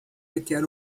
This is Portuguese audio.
requer